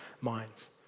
minds